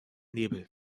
nebel